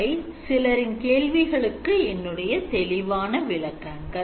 இவை சிலரின் கேள்விகளுக்கு என்னுடைய தெளிவான விளக்கங்கள்